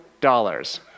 dollars